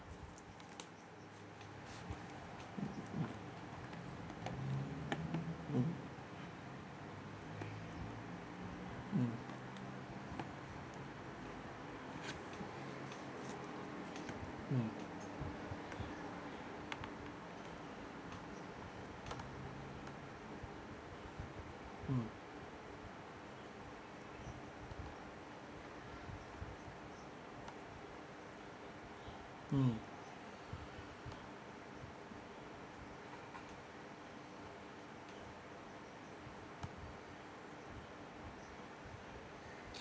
mm mm mm mm mm